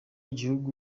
gihugu